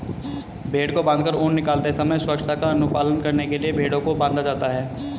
भेंड़ को बाँधकर ऊन निकालते समय स्वच्छता का अनुपालन करने के लिए भेंड़ों को बाँधा जाता है